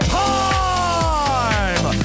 time